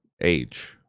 age